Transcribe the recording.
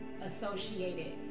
associated